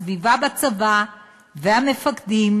"הסביבה בצבא והמפקדים,